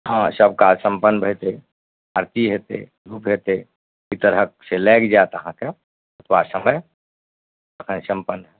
हँ सब काज सम्पन्न हेतै आरती हेतै धूप हेतै ई तरहक से लागि जाएत अहाँके एतबा समय तखन सम्पन्न हैत